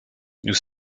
nous